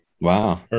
Wow